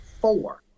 four